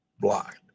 blocked